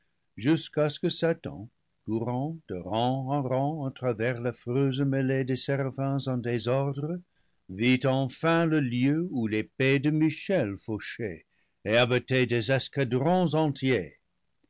jusqu'à ce que satan courant de rang en rang à travers l'affreuse mêlée des séraphins en dé sordre vit enfin le lieu où l'épée de michel fauchait et abattait des escadrons entiers